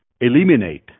eliminate